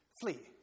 flee